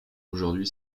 aujourd’hui